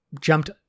jumped